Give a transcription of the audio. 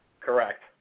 Correct